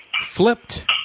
Flipped